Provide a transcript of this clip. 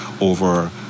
over